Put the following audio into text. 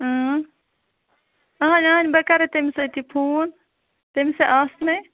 اۭں اہنہِ اہنہِ بہ کَرَے تٔمس أتی فون تٔمس ہے آسنے